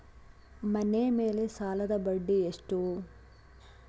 ಮನೆ ಮೇಲೆ ಸಾಲದ ಬಡ್ಡಿ ಎಷ್ಟು?